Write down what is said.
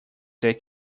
that